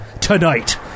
Tonight